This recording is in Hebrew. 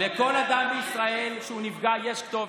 מה פתאום, לכל אדם בישראל שנפגע יש כתובת,